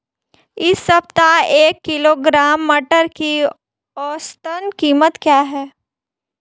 इस सप्ताह एक किलोग्राम मटर की औसतन कीमत क्या रहेगी?